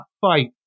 fight